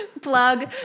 Plug